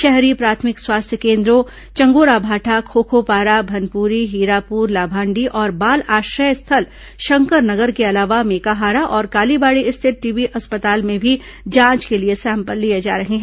शहरी प्राथमिक स्वास्थ्य केन्द्रों चंगोराभाठा खोखो पारा भनपुरी हीरापुर लाभांडी और बाल आश्रय स्थल शंकर नगर के अलावा मेकाहारा और कालीबाड़ी स्थित टीबी अस्पताल में भी जांच के लिए सैंपल लिए जा रहे हैं